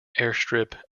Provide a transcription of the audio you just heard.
airstrip